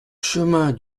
chemin